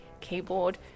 keyboard